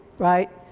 right?